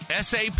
sap